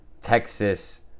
texas